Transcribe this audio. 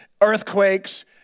earthquakes